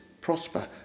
prosper